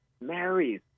marries